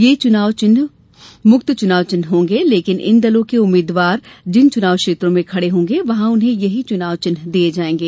ये चुनाव चिन्ह मुक्त चुनाव चिह्न होंगे लेकिन इन दलों के उम्मीदवार जिन चुनाव क्षेत्रों में खड़ा होंगे वहां उन्हें यही चुनाव चिन्ह दिये जाएंगे